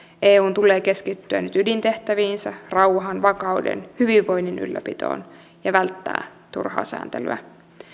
eun tulee keskittyä nyt ydintehtäviinsä rauhan vakauden hyvinvoinnin ylläpitoon ja välttää turhaa sääntelyä